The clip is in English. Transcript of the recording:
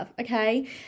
Okay